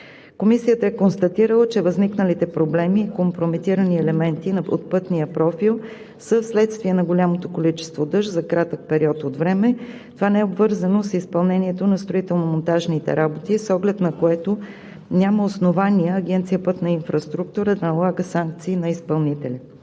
Комисията е констатирала, че възникналите проблеми и компрометирани елементи от пътния профил са вследствие на голямото количество дъжд за кратък период от време. Това не е обвързано с изпълнението на строително-монтажните работи, с оглед на което няма основания Агенция „Пътна инфраструктура“ да налага санкции на изпълнителя.